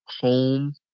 home